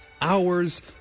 hours